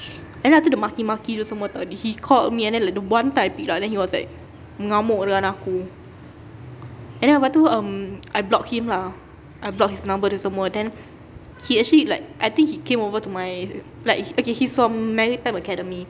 and then lepas tu dia maki-maki tu semua [tau] he called me and then like one time I picked up he was like mengamuk dengan aku and then lepas tu um I blocked him lah I blocked his number tu semua then he actually like I think he came over to my like okay he's from maritime academy